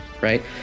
right